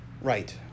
Right